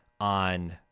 on